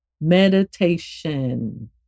Meditation